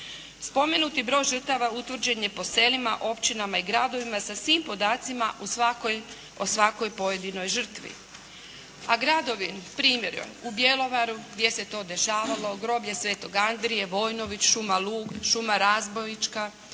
Spomenuti broj žrtava utvrđen je po selima, općinama i gradovima sa svim podacima o svakoj pojedinoj žrtvi. A gradovi, primjer u Bjelovaru gdje se to dešavalo, groblje Sv. Andrije, Vojnović, šuma Lug, šuma Razbojička,